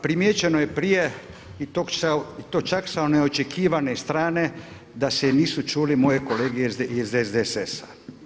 Primijećeno je prije i to čak sa neočekivane strane da se nisu čuli moji kolege iz SDSS-a.